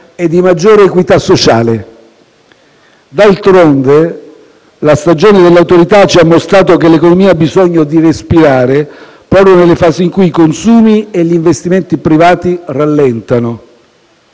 e di maggiore equità sociale. D'altronde, la stagione dell'austerità ci ha mostrato che l'economia ha bisogno di respirare proprio nelle fasi in cui i consumi e gli investimenti privati rallentano.